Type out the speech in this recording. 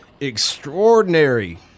extraordinary